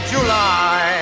July